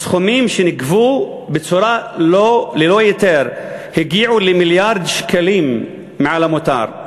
הסכומים שנגבו ללא היתר הגיעו למיליארד שקלים מעל המותר.